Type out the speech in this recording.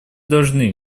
должны